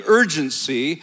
urgency